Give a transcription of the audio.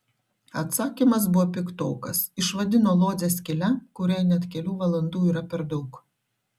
atsakymas buvo piktokas išvadino lodzę skyle kuriai net kelių valandų yra per daug